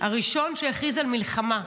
הראשון שהכריז על מלחמה.